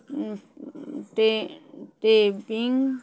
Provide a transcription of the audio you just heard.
टे टेबिंग